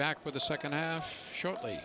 back with the second half shortly